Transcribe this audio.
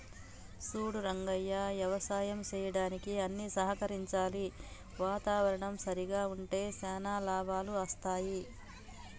సూడు రంగయ్య యవసాయం సెయ్యడానికి అన్ని సహకరించాలి వాతావరణం సరిగ్గా ఉంటే శానా లాభాలు అస్తాయి